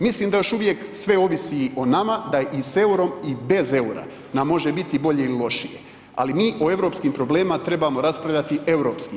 Mislim da još uvijek sve ovisi o nama, da je i EUR-om i bez EUR-a nam može biti il bolje il lošije, ali mi o europskim problemima trebamo raspravljati europski.